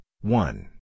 one